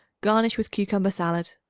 garnish with cucumber salad.